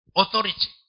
authority